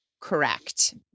correct